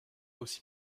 aussi